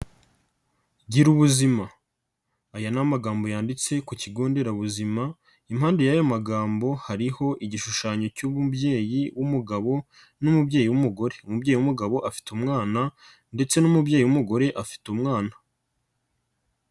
Gira ubuzima, aya ni amagambo yanditse ku kigo nderabuzima impande y'ayo magambo hariho igishushanyo cy'umubyeyi w'umugabo n'umubyeyi w'umugore, umubyeyi w'umugabo afite umwana ndetse n'umubyeyi w'umugore afite umwana.